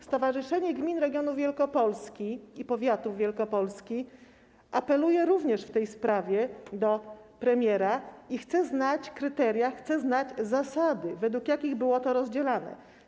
Stowarzyszenie Gmin i Powiatów Wielkopolski apeluje również w tej sprawie do premiera i chce znać kryteria, chce znać zasady, według jakich było to rozdzielane.